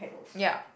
ya